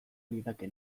lidake